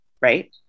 right